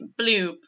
bloop